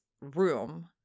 room